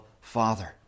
Father